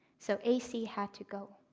so ac had to go.